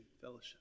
fellowship